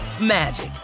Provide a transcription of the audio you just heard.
magic